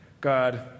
God